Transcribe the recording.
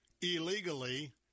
illegally